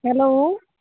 hello